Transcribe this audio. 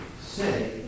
say